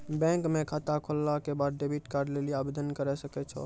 bank म खाता खोलला के बाद डेबिट कार्ड लेली आवेदन करै सकै छौ